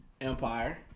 Empire